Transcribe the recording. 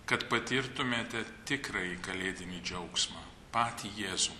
kad patirtumėte tikrąjį kalėdinį džiaugsmą patį jėzų